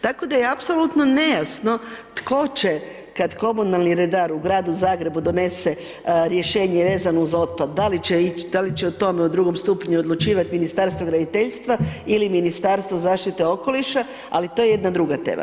Tako da je apsolutno nejasno tko će kad komunalni redar u Gradu Zagrebu donese rješenje vezano uz otpad da li će ić, da li će o tome u drugom stupnju odlučivat Ministarstvo graditeljstva ili Ministarstvo zaštite okoliša, ali to je jedna druga tema.